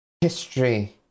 history